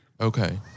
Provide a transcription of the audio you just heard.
Okay